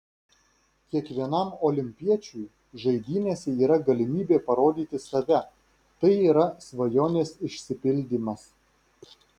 kiekvienam olimpiečiui žaidynėse yra galimybė parodyti save tai yra svajonės išsipildymas